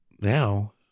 now